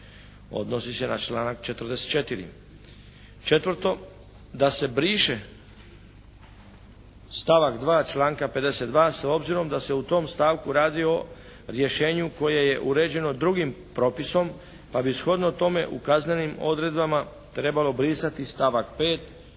odnosi se na članak 44. Četvrto. Da se briše stavak 2. članka 52. s obzirom da se u tom stavku radi o rješenju koje je uređeno drugim propisom pa bi shodno tome u kaznenim odredbama trebalo brisati stavak 5.